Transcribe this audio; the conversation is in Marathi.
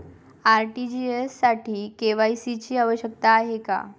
आर.टी.जी.एस साठी के.वाय.सी ची आवश्यकता आहे का?